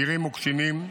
בגירים וקטינים,